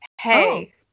hey